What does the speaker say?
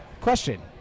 Question